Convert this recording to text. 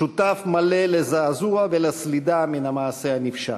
שותף מלא לזעזוע ולסלידה מן המעשה הנפשע.